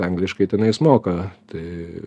angliškai tenais moka tai